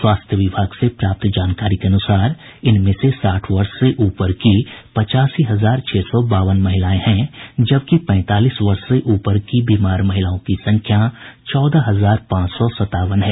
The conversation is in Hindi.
स्वास्थ्य विभाग से प्राप्त जानकारी के अनुसार इनमें से साठ वर्ष से ऊपर की पचासी हजार छह सौ बावन महिलाएं हैं जबकि पैंतालीस वर्ष से ऊपर की बीमार महिलाओं की संख्या चौदह हजार पांच सौ सतावन है